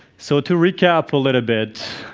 so to recap a little bit,